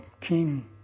King